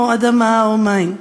או אדמה או מים.